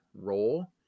role